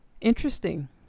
interesting